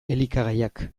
elikagaiak